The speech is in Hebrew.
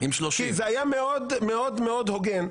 כי זה היה מאוד מאוד הוגן.